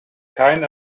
kein